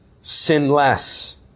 sinless